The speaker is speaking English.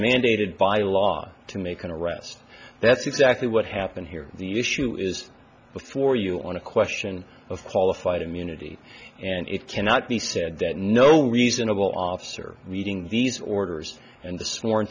mandated by law to make an arrest that's exactly what happened here the issue is before you on a question of qualified immunity and it cannot be said that no reasonable officer reading these orders and the sworn